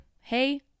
hey